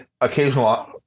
occasional